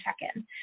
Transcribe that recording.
check-in